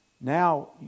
now